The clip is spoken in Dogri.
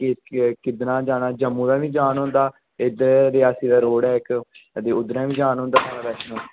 के किद्धरा जाना जम्मू दा बी जान होंदा ते इद्धर रियासी दा रोड़ ऐ इक्क ते उद्धरां बी जान होंदा माता वैष्णो